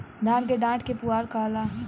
धान के डाठ के पुआरा कहाला